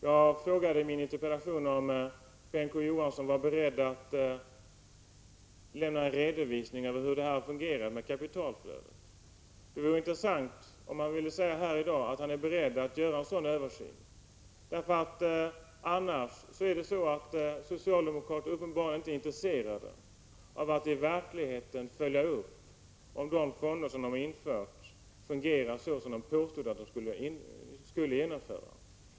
Jag frågade i min interpellation om Bengt K. Å. Johansson var beredd att lämna en redovisning av hur kapitalflödet fungerar. Det vore intressant om han här i dag ville säga att han är beredd att göra en sådan översyn. Det är annars så att socialdemokrater uppenbarligen inte är intresserade av att i verkligheten följa upp om de fonder de har infört fungerar såsom de påstod att de skulle göra.